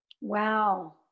Wow